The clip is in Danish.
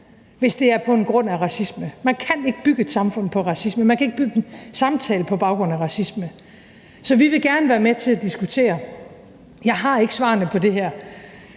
hvis det er på en grund af racisme. Man kan ikke bygge et samfund på racisme, man kan ikke bygge en samtale på baggrund af racisme. Så vi vil gerne være med til at diskutere det. Jeg har ikke svarene på det her.